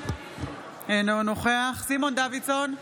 אינו נוכח סימון דוידסון,